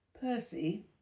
Percy